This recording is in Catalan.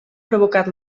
provocat